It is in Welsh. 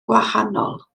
gwahanol